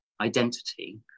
identity